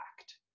act